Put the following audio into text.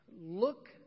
Look